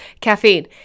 caffeine